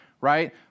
right